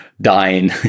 dying